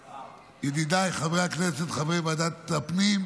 ידידיי חברי הכנסת חברי ועדת הפנים,